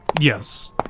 Yes